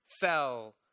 fell